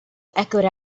echoed